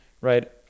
right